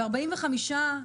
ו-45%